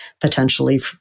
potentially